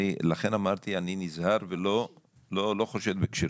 לכן אמרתי שאני נזהר ולא חושד בכשרים.